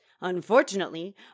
Unfortunately